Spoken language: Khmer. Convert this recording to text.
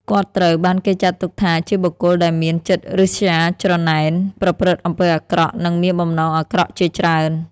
គាត់ត្រូវបានគេចាត់ទុកថាជាបុគ្គលដែលមានចិត្តឫស្យា ច្រណែន ប្រព្រឹត្តអំពើអាក្រក់ និងមានបំណងអាក្រក់ជាច្រើន។